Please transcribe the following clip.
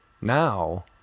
Now